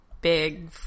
big